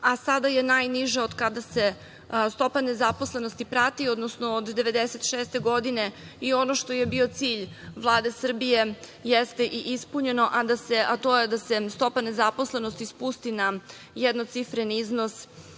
a sada je najniža od kada se stopa nezaposlenosti prati, odnosno od 1996. godine i ono što je bio cilj Vlade Srbije jeste i ispunjeno, a to je da se stopa nezaposlenosti spusti na jednocifreni iznos.